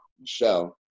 Michelle